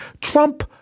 Trump